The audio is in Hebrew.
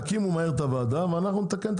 תקימו מהר את הוועדה ואנחנו נתקן את